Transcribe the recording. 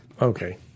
Okay